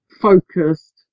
focused